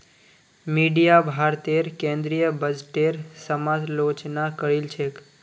media भारतेर केंद्रीय बजटेर समालोचना करील छेक